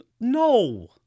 No